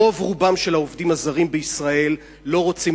רוב רובם של העובדים הזרים לא רוצים